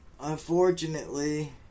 unfortunately